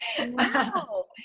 Wow